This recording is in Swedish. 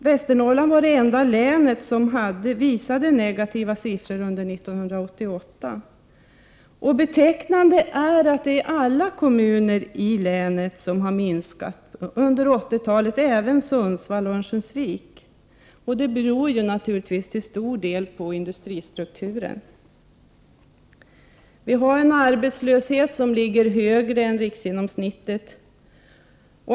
Västernorrland var det enda län som hade negativa siffror under 1988. Betecknande är att alla kommuner i länet har vidkänts en befolkningsminskning under 1980-talet, även Sundsvall och Örnsköldsvik. Detta beror naturligtvis till stor del på industristrukturen. Vi har en arbetslöshet som är högre än riksgenomsnittet.